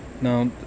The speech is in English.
Now